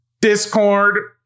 Discord